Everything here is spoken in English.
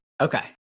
okay